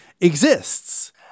exists